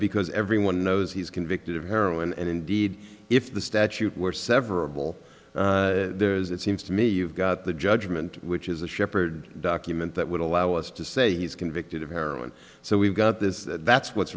because everyone those he's convicted of heroin and indeed if the statute were several years it seems to me you've got the judgment which is a shepherd document that would allow us to say he's convicted of heroin so we've got this that's what's